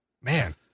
man